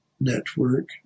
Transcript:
network